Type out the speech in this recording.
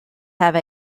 have